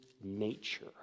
nature